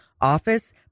office